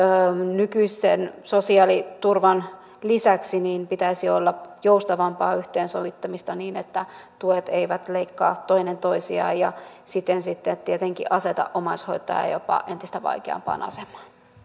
nykyisen sosiaaliturvan lisäksi pitäisi olla joustavampaa yhteensovittamista niin että tuet eivät leikkaa toinen toistaan ja siten sitten tietenkin aseta omaishoitajaa jopa entistä vaikeampaan asemaan